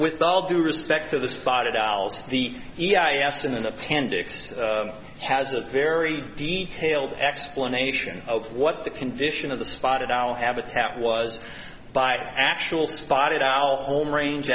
with all due respect to the spotted owls the e i a asked in an appendix has a very detailed explanation of what the condition of the spotted owl habitat was by actual spotted our whole range